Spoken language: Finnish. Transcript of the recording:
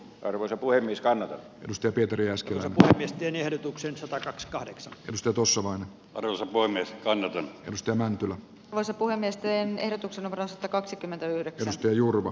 arvoisa puhemies kannata edusti piteli askelta miesten ehdotuksen sata x kahdeksan x jutussa vain jos voimme ainakin risto mäntylä osapuolen nesteen ehdotuksen vasta kaksikymmentäyhdeksäns ja jurmu